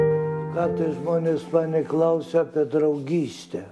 kartais žmonės mane neklausia apie draugystę